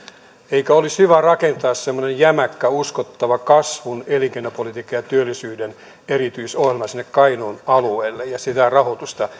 eikö olisi hyvä rakentaa semmoinen jämäkkä uskottava kasvun elinkeinopolitiikka ja työllisyyden erityisohjelma sinne kainuun alueelle ja sitä rahoitusta